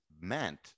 meant